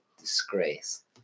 disgrace